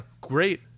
great